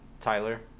Tyler